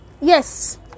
yes